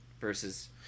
versus